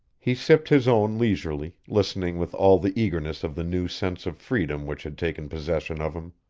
he sipped his own leisurely, listening with all the eagerness of the new sense of freedom which had taken possession of him.